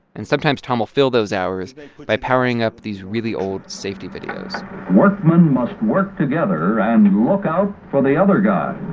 and sometimes, tom will fill those hours by powering up these really old safety videos workmen must work together and look out for the other guy.